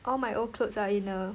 all my old clothes are in a